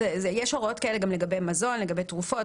יש הוראות כאלה גם לגבי מזון, לגבי תרופות.